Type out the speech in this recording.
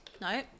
No